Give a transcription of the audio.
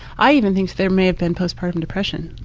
i even think there may have been postpartum depression.